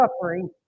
suffering